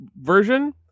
version